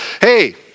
hey